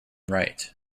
right